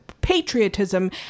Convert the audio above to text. patriotism